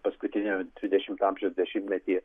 paskutiniame dvidešimto amžiaus dešimtmetyje